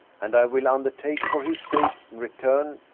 and i will undertake for his sake, in return,